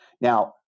now